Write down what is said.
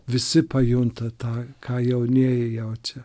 visi pajunta tą ką jaunieji jaučia